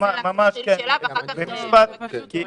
בבקשה.